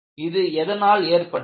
இது எதனால் ஏற்பட்டது